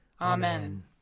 Amen